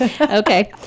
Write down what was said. Okay